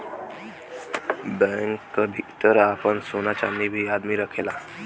bank क भितर आपन सोना चांदी भी आदमी रखेला